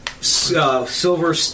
silver